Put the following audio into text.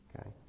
Okay